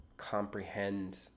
comprehend